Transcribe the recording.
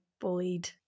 bullied